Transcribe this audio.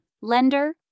lender